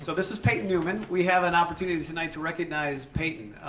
so this is peyton newman. we have an opportunity tonight to recognize peyton.